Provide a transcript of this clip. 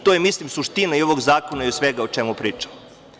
To je mislim suština ovog zakona i svega o čemu pričamo.